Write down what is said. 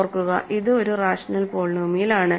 ഓർക്കുക ഇത് ഒരു റാഷണൽ പോളിനോമിയലാണ്